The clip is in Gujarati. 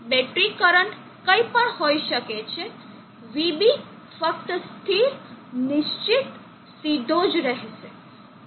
બેટરી કરંટ કઈ પણ હોઈ શકે છે vB ફક્ત સ્થિર નિશ્ચિત સીધો જ રહેશે